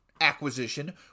acquisition